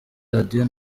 radiyo